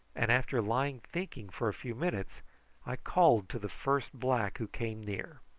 and after lying thinking for a few minutes i called to the first black who came near.